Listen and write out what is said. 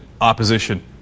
opposition